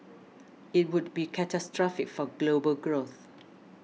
it would be catastrophic for global growth